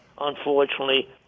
Unfortunately